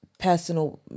Personal